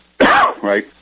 Right